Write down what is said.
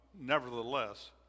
nevertheless